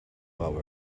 power